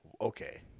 Okay